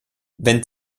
wenn